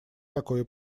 такое